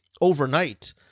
overnight